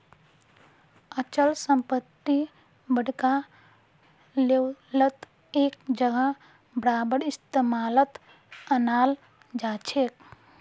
अचल संपत्ति बड़का लेवलत एक जगह बारबार इस्तेमालत अनाल जाछेक